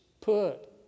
put